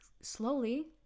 slowly